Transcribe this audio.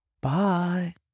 Bye